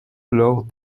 lors